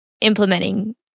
implementing